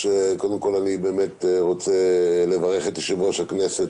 קודם כול אני באמת רוצה לברך את יושב-ראש הכנסת